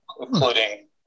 including